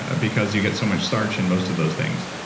ah because you get so much starch in most of those things.